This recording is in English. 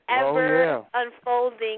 ever-unfolding